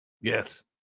Yes